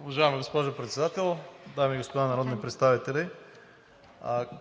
Уважаема госпожо Председател, дами и господа народни представители!